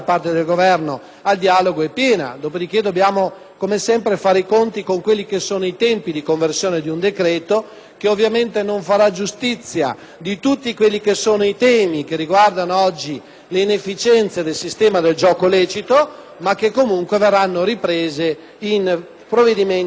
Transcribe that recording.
al dialogo è piena. Dovremo poi fare i conti, come sempre, con i tempi di conversione di un decreto, che ovviamente non farà giustizia di tutti i temi che riguardano oggi le inefficienze del sistema del gioco lecito, ma che comunque verranno ripresi in provvedimenti futuri.